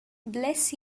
bless